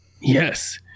Yes